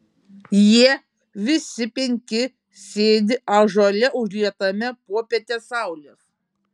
jie visi penki sėdi ąžuole užlietame popietės saulės